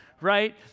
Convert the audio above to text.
Right